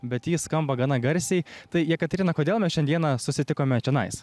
bet ji skamba gana garsiai tai jekaterina kodėl mes šiandieną susitikome čionais